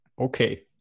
Okay